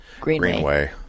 Greenway